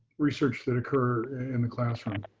research that occur in the classroom